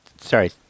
Sorry